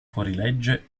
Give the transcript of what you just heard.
fuorilegge